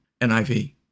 NIV